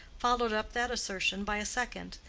followed up that assertion by a second,